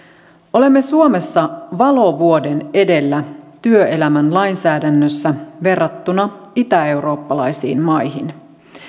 olemme suomessa valovuoden edellä työelämän lainsäädännössä verrattuna itäeurooppalaisiin maihin